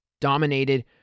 dominated